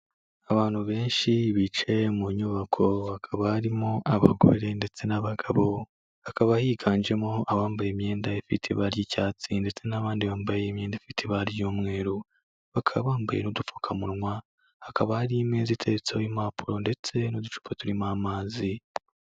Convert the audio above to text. Abantu benshi bicaye mu nyubako, bakaba harimo abagore ndetse n'abagabo, hakaba higanjemo abambaye imyenda ifite ibara ry'icyatsi ndetse n'abandi bambaye imyenda ifite ibara ry'umweru, bakaba bambaye n'udupfukamunwa, hakaba hari imeza iteretseho impapuro ndetse n'uducupa turimo amazi.